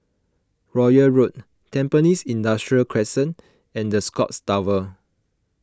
Royal Road Tampines Industrial Crescent and the Scotts Tower